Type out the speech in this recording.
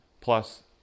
plus